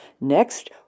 Next